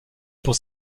pour